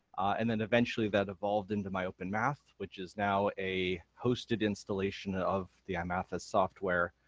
and then eventually that evolved into myopenmath, which is now a hosted installation of the imathas software